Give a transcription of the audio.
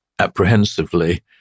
Apprehensively